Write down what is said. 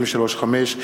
53(5),